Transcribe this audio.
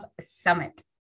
Summit